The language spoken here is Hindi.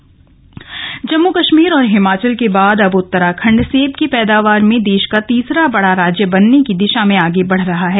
सेब उत्पादन जम्मू कश्मीर और हिमाचल के बाद अब उत्तराखंड सेब की पैदावार में देश का तीसरा बड़ा राज्य बनने की दिशा में आगे बढ़ रहा है